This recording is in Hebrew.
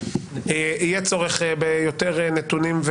יהיה צורך ביותר נתונים,